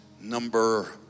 number